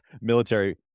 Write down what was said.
military